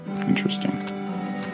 Interesting